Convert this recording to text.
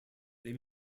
they